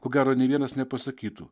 ko gero nė vienas nepasakytų